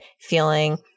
feeling